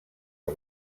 del